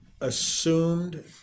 assumed